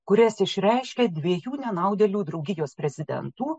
kurias išreiškia dviejų nenaudėlių draugijos prezidentų